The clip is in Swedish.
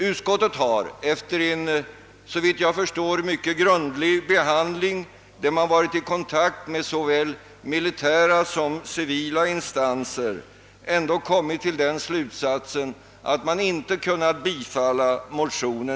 Utskottet har efter en såvitt jag förstår mycket grundlig behandling, varvid det varit i kontakt med såväl militära som civila instanser, ändå kommit till slutsatsen att det inte helt kunnat tillstyrka motionsyrkandet.